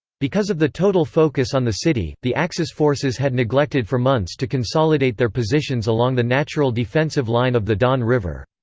because of the total focus on the city, the axis forces had neglected for months to consolidate their positions along the natural defensive line of the don river.